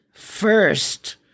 First